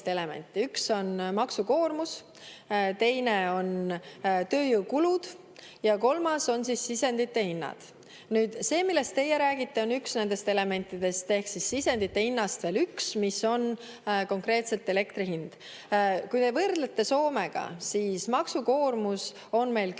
üks on maksukoormus, teine on tööjõukulud ja kolmas on sisendite hinnad. Nüüd see, millest teie räägite, on üks nendest elementidest ehk sisendite hinnast veel üks, mis on konkreetselt elektri hind. Kui te võrdlete Soomega, siis maksukoormus on meil 10